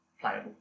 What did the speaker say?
playable